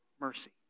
mercy